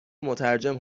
مترجم